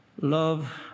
Love